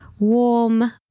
Warm